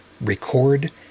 record